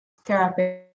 therapy